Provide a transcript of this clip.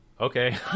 Okay